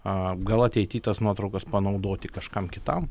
a gal ateity tas nuotraukas panaudoti kažkam kitam